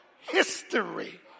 history